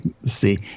see